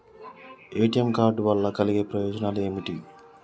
ATM card వల్ల కలిగే ప్రయోజనాలు ఏమిటి?